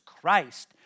Christ